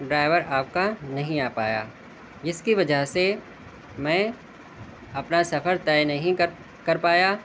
driver آپ کا نہیں آ پایا جس کی وجہ سے میں اپنا سفر طے نہیں کر کر پایا